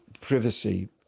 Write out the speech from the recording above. privacy